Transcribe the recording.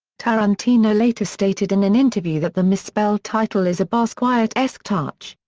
tarantino later stated in an interview that the misspelled title is a basquiat-esque touch.